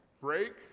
Break